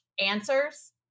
answers